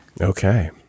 Okay